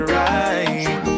right